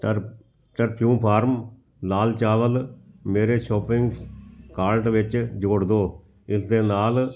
ਟਰ ਟਰਉਫਾਰਮ ਲਾਲ ਚਾਵਲ ਮੇਰੇ ਸ਼ੋਪਿੰਗਸ ਕਾਰਟ ਵਿੱਚ ਜੋੜ ਦਿਉ ਇਸ ਦੇ ਨਾਲ